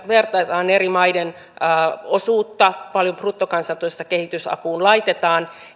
vertaillaan eri maiden osuutta paljonko bruttokansantuotteesta kehitysapuun laitetaan